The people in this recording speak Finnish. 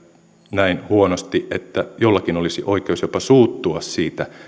näin huonosti että jollakin olisi oikeus jopa suuttua siitä